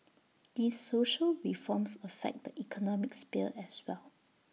these social reforms affect the economic sphere as well